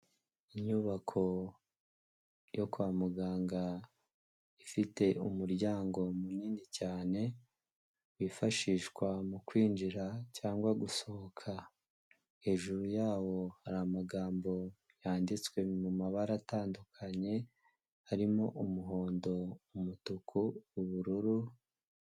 Inyubako yo kwa muganga ifite umuryango munini cyane wifashishwa mu kwinjira cyangwa gusohoka, hejuru yawo hari amagambo yanditswe mu mabara atandukanye, harimo, umuhondo, umutuku, ubururu.